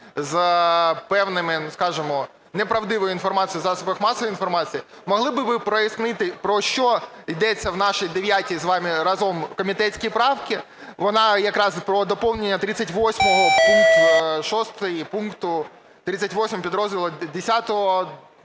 з певною, скажемо, неправдивою інформацією в засобах масової інформації. Могли б ви прояснити, про що йдеться в нашій 9-й з вами разом комітетській правці? Вона якраз про доповнення до підпункту 38.6 пункту 38 підрозділу 10